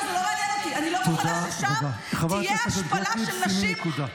תודה רבה, חברת הכנסת גוטליב.